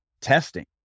testing